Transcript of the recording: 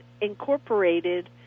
incorporated